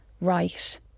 right